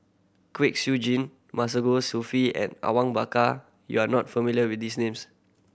Kwek Siew Jin Masagos Zulkifli and Awang Bakar you are not familiar with these names